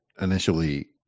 initially